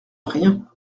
rien